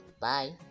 Bye